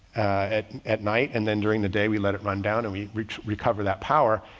at at night and then during the day we let it run down and we re recover that power.